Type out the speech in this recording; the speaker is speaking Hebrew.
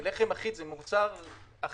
לחם אחיד זה מוצר הכי